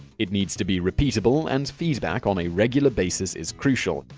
it needs to be repeatable, and feedback on a regular basis is crucial.